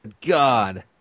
God